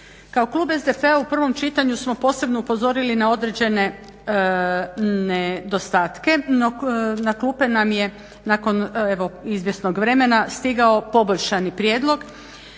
Kao klub SDP-a u prvom čitanju smo posebno upozorili na određene nedostatke no na klupe nam je nakon evo izvjesnog vremena stigao poboljšani prijedlog